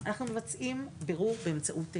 אנחנו מבצעים בירור באמצעות גישור.